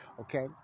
okay